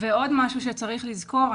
ועוד משהו שצריך לזכור,